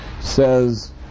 says